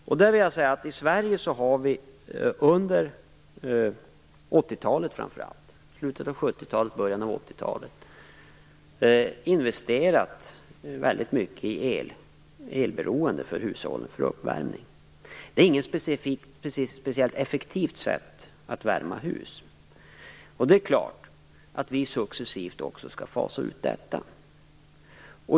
Jag vill säga att i Sverige har vi, framför allt under 1980-talet - slutet av 70-talet och början av 80-talet - investerat mycket i elberoende för uppvärmning av hushållen. Det är inte något speciellt effektivt sätt att värma upp hus på, och det är klart att vi successivt också skall fasa ut detta.